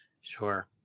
Sure